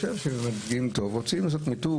כשעושים טוב רוצים לעשות מיתוג